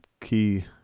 key